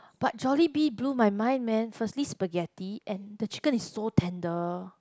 but Jollibee blew my mind man firstly spaghetti and the chicken is so tender